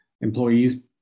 employees